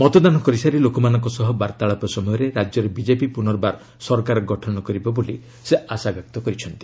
ମତଦାନ କରିସାରି ଲୋକମାନଙ୍କ ସହ ବାର୍ତ୍ତାଳାପ ସମୟରେ ରାଜ୍ୟରେ ବିକେପି ପୁନର୍ବାର ସରକାର ଗଠନ କରିବ ବୋଲି ସେ ଆଶାବ୍ୟକ୍ତ କରିଛନ୍ତି